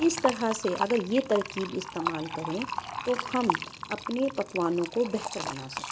اس طرح سے اگر یہ ترکیب استعمال کریں تو ہم اپنے پکوانوں کو بہتر بنا سکتے ہیں